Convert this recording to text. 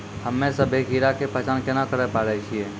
हम्मे सभ्भे कीड़ा के पहचान केना करे पाड़ै छियै?